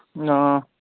ꯎꯝ ꯑ